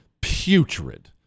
putrid